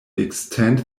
extend